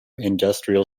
industrial